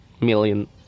million